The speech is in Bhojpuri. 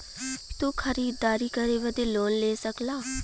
तू खरीदारी करे बदे लोन ले सकला